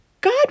God